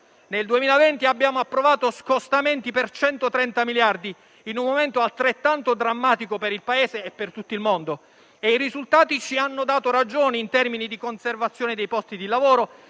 Nel 2020 abbiamo approvato scostamenti per 130 miliardi, in un momento altrettanto drammatico per il Paese e per tutto il mondo. E i risultati ci hanno dato ragione in termini di conservazione dei posti di lavoro,